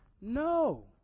No